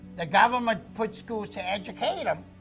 the government put schools to educate them.